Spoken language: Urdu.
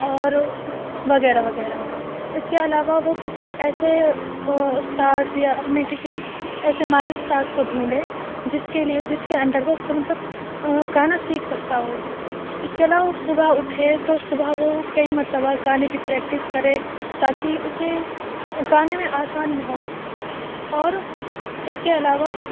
اور وغیرہ وغیرہ اس کے علاوہ وہ کسی ایسے استاذ یا اپنے کسی ایسے ماہر استاذ کو ڈھونڈے جس کے لیے جس کے انڈر وہ مطلب گانا سیکھ سکتا ہو اس کے علاوہ صبح اٹھے تو صبح وہ کئی مرتبہ گانے کی پریکٹس کرے تاکہ اسے گانے میں آسانی ہو اور اس کے علاوہ